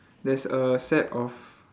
there's a set of